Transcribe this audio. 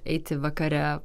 eiti vakare